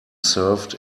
served